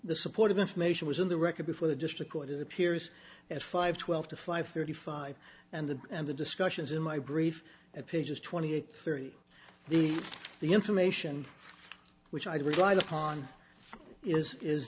the supportive information was in the record before the district court it appears at five twelve to five thirty five and the and the discussions in my brief at pages twenty eight thirty the the information which i relied upon is is